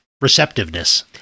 receptiveness